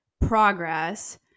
progress